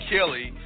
Kelly